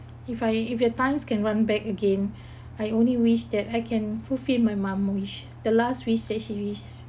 if I if that times can run back again I only wish that I can fulfill my mum wish the last wish that she wish